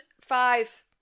five